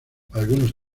algunos